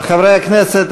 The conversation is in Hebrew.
חברי הכנסת,